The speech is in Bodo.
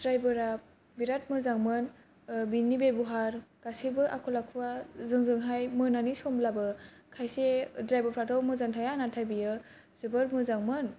द्राइबारा बिराथ मोजांमोन बिनि बेब'हार गासैबो आखल आखुवा जोंजों हाय मोनानि समब्लाबो खायसे द्राइबारफ्राथ' मोजां थाया नाथाय बियो जोबोर मोजांमोन